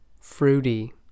fruity